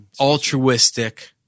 altruistic